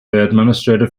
administrative